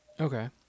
Okay